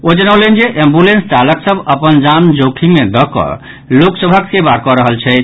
ओ जनौलनि जे एम्बुलेंस चालक सभ अपन जान जोखिम मे दऽकऽ लोकसभक सेबा कऽ रहल छथि